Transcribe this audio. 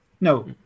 No